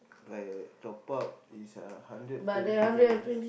by top up is uh hundred twenty dollars